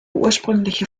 ursprüngliche